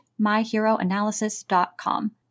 myheroanalysis.com